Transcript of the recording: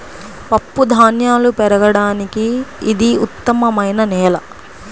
పప్పుధాన్యాలు పెరగడానికి ఇది ఉత్తమమైన నేల